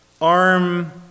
arm